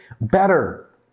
better